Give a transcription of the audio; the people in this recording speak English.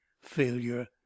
failure